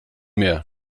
mehr